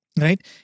right